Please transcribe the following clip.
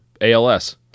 ALS